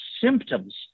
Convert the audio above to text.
symptoms